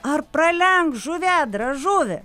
ar pralenks žuvėdra žuvį